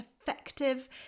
effective